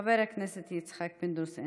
חבר הכנסת יצחק פינדרוס,